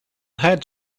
had